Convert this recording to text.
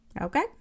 Okay